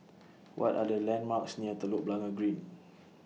What Are The landmarks near Telok Blangah Green